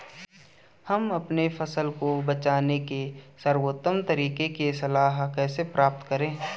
हम अपनी फसल को बचाने के सर्वोत्तम तरीके की सलाह कैसे प्राप्त करें?